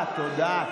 חבר הכנסת קרעי,